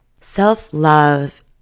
Self-love